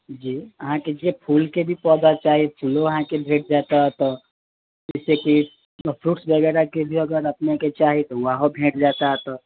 जी अहाँ के जे फूल के भी पौधा चाही फूलो अहाँ के भेट जायत एतय जैसे कि फ्रूट वगेरह के भी अगर अपने के चाही ओहो भेट जायत एतय